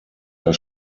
der